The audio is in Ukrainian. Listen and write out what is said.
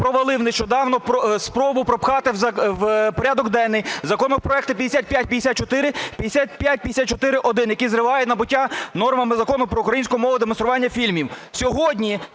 провалив нещодавно спробу пропхати в порядок денний законопроект 5554, 5554-1, який зриває набуття нормами Закону про українську мову демонстрування фільмів.